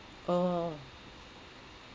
oh